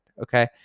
Okay